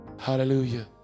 Hallelujah